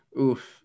Oof